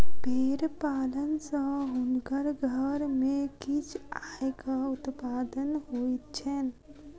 भेड़ पालन सॅ हुनकर घर में किछ आयक उत्पादन होइत छैन